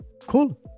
cool